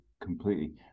completely